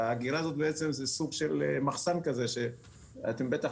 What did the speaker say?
והאגירה הזאת היא בעצם סוג של מחסן כזה שאתם בטח,